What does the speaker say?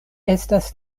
estas